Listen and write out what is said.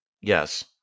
Yes